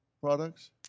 products